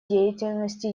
деятельности